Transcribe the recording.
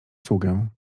sługę